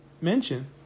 mention